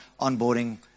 onboarding